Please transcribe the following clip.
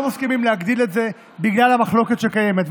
מסכימים להגדיל את זה בגלל המחלוקת שקיימת.